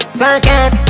circuit